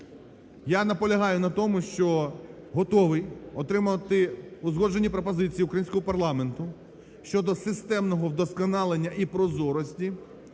Я наполягаю на тому, що готовий отримати узгоджені пропозиції українського парламенту щодо системного вдосконалення і прозорості